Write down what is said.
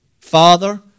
Father